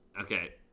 Okay